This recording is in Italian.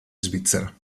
svizzera